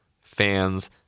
fans